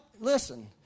listen